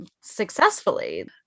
successfully